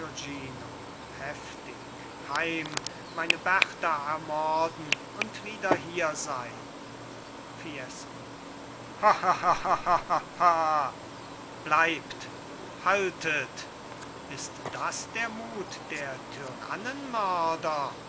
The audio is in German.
bourgognino heftig heim meine berta ermorden und wieder hier sein fiesco schlägt ein gelächter auf bleibt haltet ist das der mut der